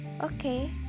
Okay